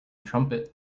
trumpet